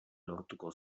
lortuko